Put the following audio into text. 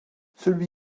celui